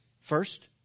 first